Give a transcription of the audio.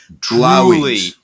truly